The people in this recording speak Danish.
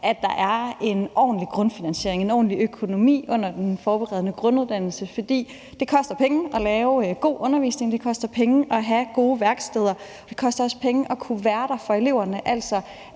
at der er en ordentlig grundfinansiering, en ordentlig økonomi under den forberedende grunduddannelse, for det koster penge at lave god undervisning, det koster penge at have gode værksteder, og det koster også penge at kunne være der for eleverne, altså